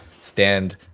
stand